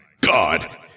God